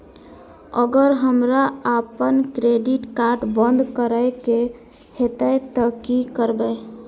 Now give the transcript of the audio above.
अगर हमरा आपन क्रेडिट कार्ड बंद करै के हेतै त की करबै?